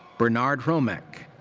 bernard hromek.